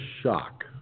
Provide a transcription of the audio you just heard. shock